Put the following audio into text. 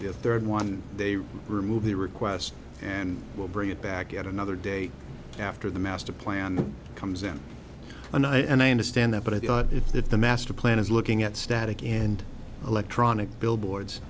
your third one they removed the request and we'll bring it back at another day after the masterplan comes in and i and i understand that but i thought if that the master plan is looking at static and electronic billboards